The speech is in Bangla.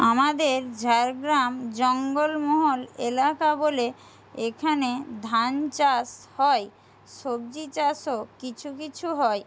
আমাদের ঝাড়গ্রাম জঙ্গলমহল এলাকা বলে এখানে ধান চাষ হয় সবজি চাষও কিছু কিছু হয়